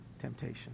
temptation